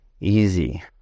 easy